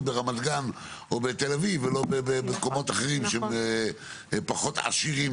ברמת גן או בתל אביב ולא במקומות אחרים שהם פחות עשירים,